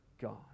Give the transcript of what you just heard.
God